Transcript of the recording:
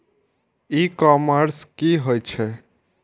ई commerce की होए छै?